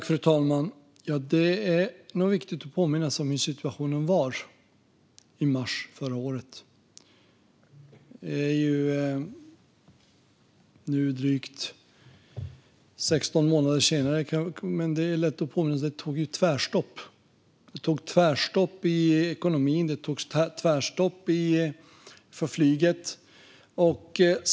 Fru talman! Det är nog viktigt att påminna sig om hur situationen var i mars förra året. Det tog tvärstopp i ekonomin och för flyget.